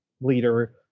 leader